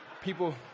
people